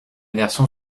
version